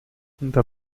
the